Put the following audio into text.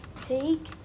Take